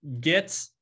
get